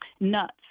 nuts